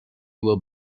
will